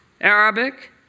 Arabic